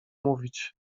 mówić